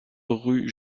rue